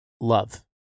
love